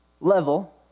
level